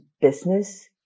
business